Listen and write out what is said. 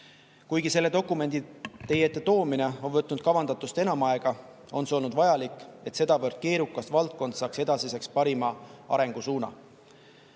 Kuigi selle dokumendi teie ette toomine on võtnud kavandatust enam aega, on see olnud vajalik, et sedavõrd keerukas valdkond saaks edasiseks parima arengusuuna.